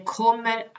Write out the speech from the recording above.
kommer